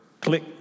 Click